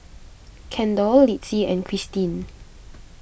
Kendal Litzy and Kristyn